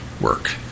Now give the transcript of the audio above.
work